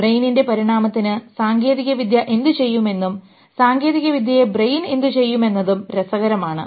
ബ്രെയിനിൻറെ പരിണാമത്തിന് സാങ്കേതികവിദ്യ എന്തുചെയ്യുമെന്നും സാങ്കേതികവിദ്യയെ ബ്രെയിൻ എന്തുചെയ്യുമെന്നതും രസകരമാണ്